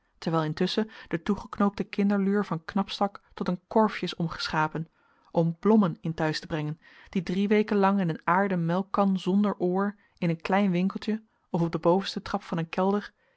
terwijl intusschen de toegeknoopte kinderluur van knapzak tot een korfje is omgeschapen om blommen in thuis te brengen die drie weken lang in een aarden melkkan zonder oor in een klein winkeltje of op den bovensten trap van een kelder